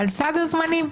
על סד הזמנים.